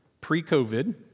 pre-COVID